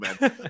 man